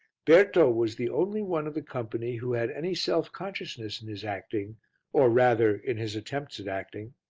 berto was the only one of the company who had any self-consciousness in his acting or, rather, in his attempts at acting.